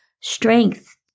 strength